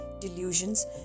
Delusions